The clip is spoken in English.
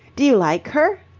do you like her?